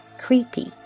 creepy